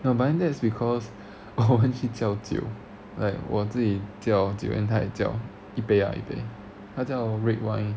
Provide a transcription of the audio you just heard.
no but then that's because 我们叫酒 like 我自己叫酒 then 她也叫一杯啊一杯她叫 red wine